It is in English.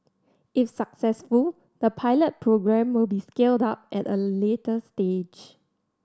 if successful the pilot programme will be scaled up at a later stage